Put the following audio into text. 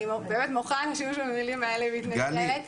אני באמת מוחה על השימוש במילים האלה, מתנצלת.